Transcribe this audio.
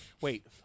Wait